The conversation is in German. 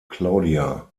claudia